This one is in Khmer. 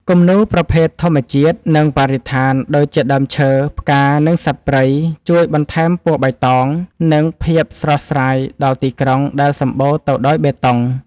គំនូរប្រភេទ ធម្មជាតិ និងបរិស្ថាន ដូចជាដើមឈើ ផ្កា និងសត្វព្រៃ ជួយបន្ថែមពណ៌បៃតង និងភាពស្រស់ស្រាយដល់ទីក្រុងដែលសម្បូរទៅដោយបេតុង។